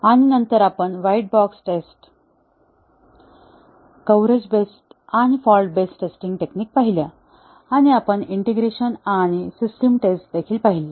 आणि नंतर आपण white box test coverage based आणि फॉल्ट बेस्ड टेस्टिंग टेक्निक पाहिल्या आणि आपण इंटिग्रेशन आणि सिस्टम टेस्ट देखील पाहिली